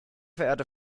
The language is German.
verehrte